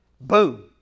boom